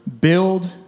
Build